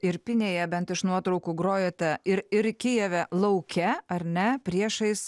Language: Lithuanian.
irpinėje bent iš nuotraukų grojote ir ir kijeve lauke ar ne priešais